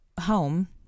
home